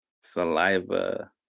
saliva